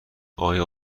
آیا